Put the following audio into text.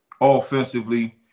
offensively